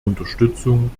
unterstützung